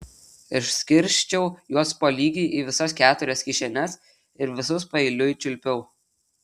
išskirsčiau juos po lygiai į visas keturias kišenes ir visus paeiliui čiulpiau